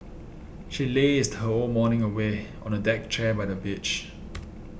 she lazed her whole morning away on a deck chair by the beach